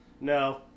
No